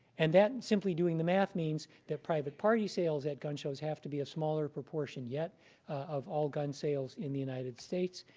and that, simply doing the math, means that private party sales at gun shows have to be a smaller proportion yet of all gun sales in the united states.